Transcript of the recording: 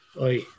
Oi